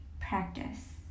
practice